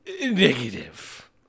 Negative